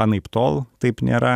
anaiptol taip nėra